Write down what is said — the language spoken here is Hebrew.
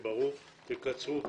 תקצרו בבקשה.